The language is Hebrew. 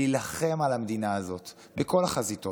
להילחם על המדינה הזאת בכל החזיתות,